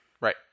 Right